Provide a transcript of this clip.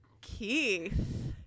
Keith